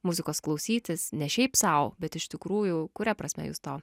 muzikos klausytis ne šiaip sau bet iš tikrųjų kuria prasme jūs to